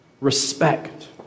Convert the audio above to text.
respect